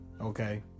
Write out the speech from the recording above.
Okay